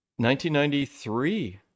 1993